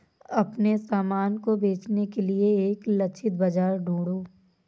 अपने सामान को बेचने के लिए एक लक्षित बाजार ढूंढो